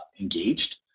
Engaged